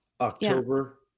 October